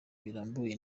birambuye